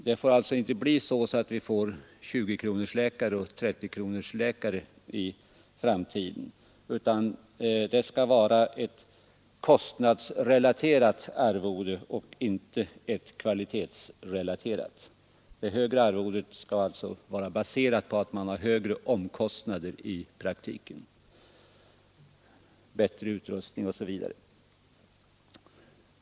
Det skall alltså inte bli så att vi får 20-kronorsläkare och 30-kronorsläkare i framtiden; det skall vara ett kostnadsrelaterat och inte ett kvalitetsrelaterat arvode. Det högre arvodet skall alltså vara baserat på högre omkostnader, bättre utrustning OSV.